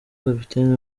kapiteni